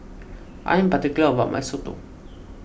I am particular about my Soto